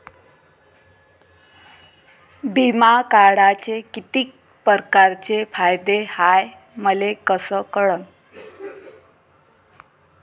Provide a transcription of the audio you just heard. बिमा काढाचे कितीक परकारचे फायदे हाय मले कस कळन?